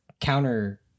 counter